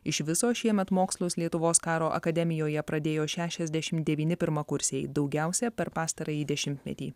iš viso šiemet mokslus lietuvos karo akademijoje pradėjo šešiasdešim devyni pirmakursiai daugiausia per pastarąjį dešimtmetį